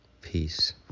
Peace